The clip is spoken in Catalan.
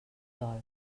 dol